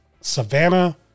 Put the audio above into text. Savannah